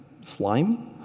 slime